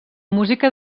música